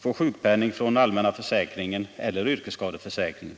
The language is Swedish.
får sjukpenning från allmänna försäkringen eller yrkesskadeförsäkringen.